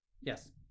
yes